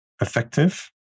effective